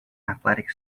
athletic